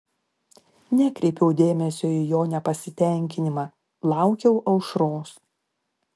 nekreipiau dėmesio į jo nepasitenkinimą laukiau aušros